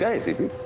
yeah acp